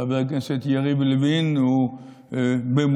חבר הכנסת יריב לוין הוא במובהק